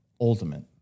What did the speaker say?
ultimate